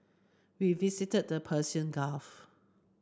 we visited the Persian Gulf